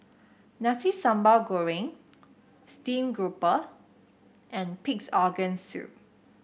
Nasi Sambal Goreng Steamed Grouper and Pig's Organ Soup